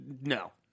no